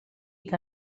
que